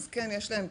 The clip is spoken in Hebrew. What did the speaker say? כן יש להם,